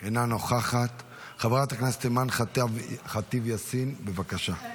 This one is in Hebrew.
אינה נוכחת, חברת הכנסת אימן ח'טיב יאסין, בבקשה.